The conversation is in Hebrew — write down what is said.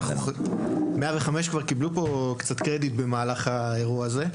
105 כבר קיבלו פה קצת קרדיט במהלך האירוע הזה.